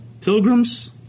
Pilgrims